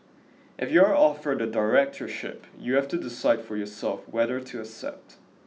if you are offered a directorship you have to decide for yourself whether to accept